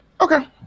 Okay